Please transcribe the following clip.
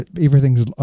Everything's